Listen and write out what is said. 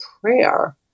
prayer